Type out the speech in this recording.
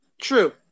True